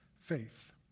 faith